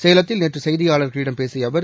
சேலத்தில் நேற்று செய்தியாளர்களிடம் பேசிய அவர்